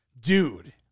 dude